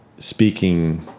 Speaking